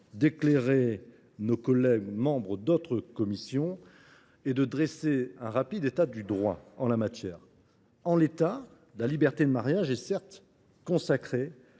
éclairer nos collègues membres d’une autre commission en dressant un rapide état du droit en la matière. Actuellement, la liberté du mariage est, certes, consacrée